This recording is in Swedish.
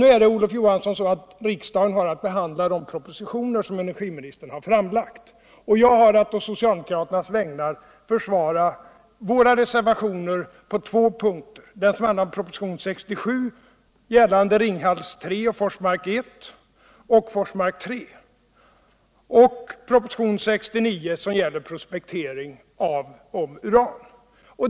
Nu är det så, Olof Johansson, att riksdagen har att behandla de propositioner som cenergiministern har lagt fram, och jag har att på socialdemokraternas vägnar försvara våra reservationer dels till betänkandet nr 67, gällande Ringhals 3, Forsmark I och Forsmark 3, dels betänkandet nr 69 som gäller prospektering av uran.